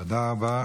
תודה רבה.